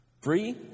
Free